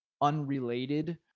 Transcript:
unrelated